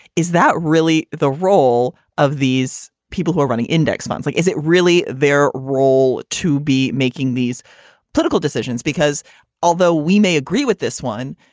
is that really the role of these people who are running index funds? like is it really their role to be making these political decisions? because although we may agree with this one,